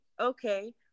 okay